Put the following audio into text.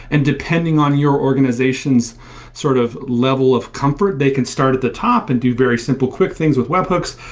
and depending on your organization's sort of level of comfort, they can start at the top and do very simple, quick things with webhooks.